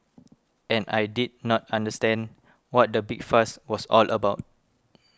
and I did not understand what the big fuss was all about